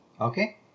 Okay